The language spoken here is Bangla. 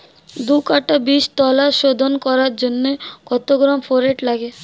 দু কাটা বীজতলা শোধন করার জন্য কত গ্রাম ফোরেট লাগে?